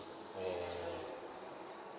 and